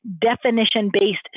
definition-based